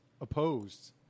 opposed